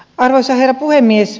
arvoisa herra puhemies